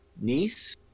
niece